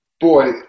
boy